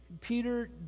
Peter